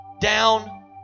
down